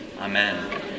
Amen